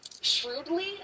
shrewdly